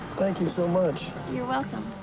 thank you so much. you're welcome.